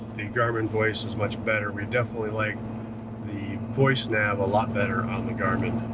the garmin voice is much better. we definitely like the voice nav a lot better on the garmin.